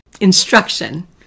instruction